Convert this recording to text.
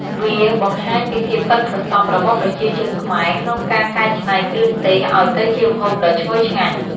វាបង្ហាញពីភាពប៉ិនប្រសប់របស់ប្រជាជនខ្មែរក្នុងការកែច្នៃគ្រឿងទេសឱ្យទៅជាម្ហូបដ៏ឈ្ងុយឆ្ងាញ់។